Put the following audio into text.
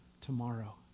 tomorrow